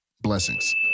blessings